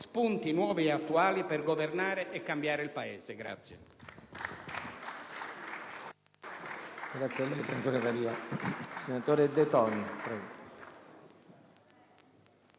spunti nuovi e attuali per governare e cambiare il Paese.